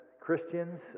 Christians